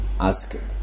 ask